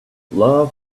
love